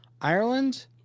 ireland